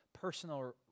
personal